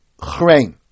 chrein